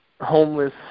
homeless